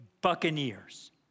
Buccaneers